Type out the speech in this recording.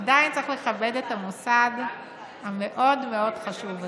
עדיין צריך לכבד את המוסד המאוד-מאוד חשוב הזה.